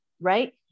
right